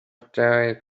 staring